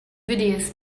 videos